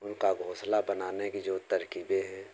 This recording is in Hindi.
उनका घोंसला बनाने की जो तरकीबें हैं